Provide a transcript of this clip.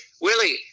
Willie